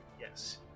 yes